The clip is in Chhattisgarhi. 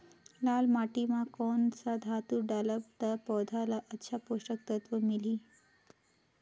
लाल माटी मां कोन सा खातु डालब ता पौध ला अच्छा पोषक तत्व मिलही?